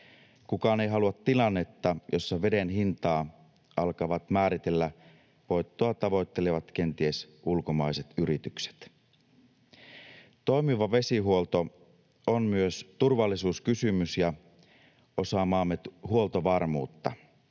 Kukaan ei halua tilannetta, jossa veden hintaa alkavat määritellä voittoa tavoittelevat, kenties ulkomaiset yritykset. Toimiva vesihuolto on myös turvallisuuskysymys ja osa maamme huoltovarmuutta.